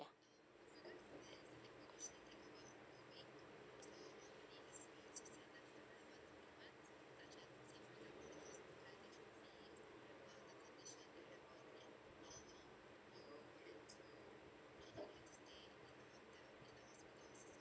yeah